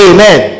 Amen